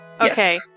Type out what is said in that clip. Okay